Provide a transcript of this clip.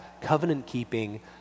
covenant-keeping